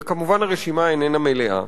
והרשימה כמובן איננה מלאה,